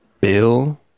bill